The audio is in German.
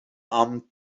armen